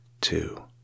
two